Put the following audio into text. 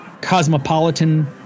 cosmopolitan